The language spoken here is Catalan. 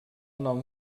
nom